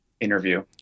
interview